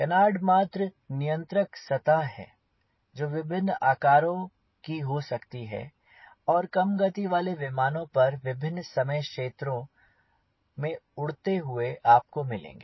canard मात्र नियंत्रक सतहें है जो विभिन्न आकारों की हो सकती हैं और कम गति वाले विमानों पर विभिन्न समय क्षेत्रों में उड़ते हुए आपको मिलेंगे